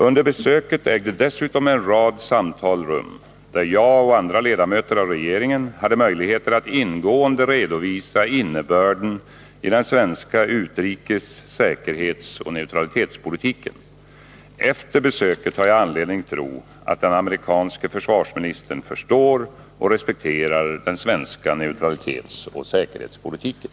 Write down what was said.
Under besöket ägde dessutom en rad samtal rum, där jag och andra ledamöter av regeringen hade möjligheter att ingående redovisa innebörden i den svenska utrikes-, säkerhetsoch neutralitetspolitiken. Efter besöket har jag anledning tro att den amerikanske försvarsministern förstår och respekterar den svenska neutralitetsoch säkerhetspolitiken.